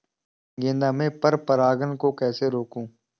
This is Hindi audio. गेंदा में पर परागन को कैसे रोकुं?